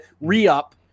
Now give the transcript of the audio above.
re-up